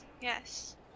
Yes